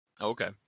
Okay